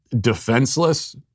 defenseless